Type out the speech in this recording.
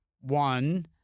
one